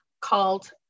called